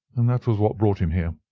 and that was what brought him here.